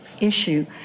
issue